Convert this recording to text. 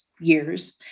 years